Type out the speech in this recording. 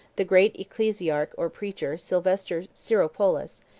the great ecclesiarch or preacher, sylvester syropulus,